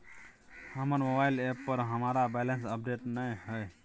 हमर mobile app पर हमरा बैलेंस अपडेट नय हय